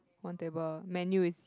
one table menu is